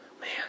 Man